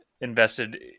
invested